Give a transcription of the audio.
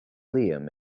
liam